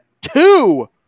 two